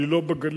אבל היא לא בגליל.